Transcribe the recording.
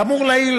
כאמור לעיל,